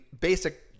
basic